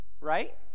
Right